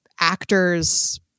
actors